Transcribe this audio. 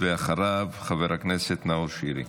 אחריו, חבר הכנסת נאור שירי.